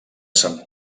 sant